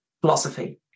philosophy